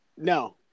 No